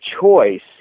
choice